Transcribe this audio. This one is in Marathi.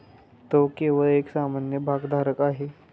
तो केवळ एक सामान्य भागधारक आहे